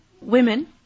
women